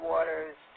Waters